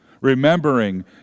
remembering